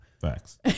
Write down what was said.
Facts